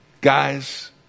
Guys